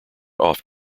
off